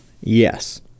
yes